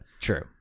true